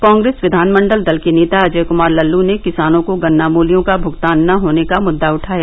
कांग्रेस विधानमंडल दल के नेता अजय कुमार लल्लू ने किसानों को गन्ना मूल्यों का भूगतान न होने का मुददा उठाया